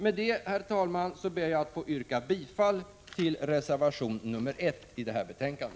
Med detta, herr talman, ber jag att få yrka bifall till reservation 1 i detta betänkande.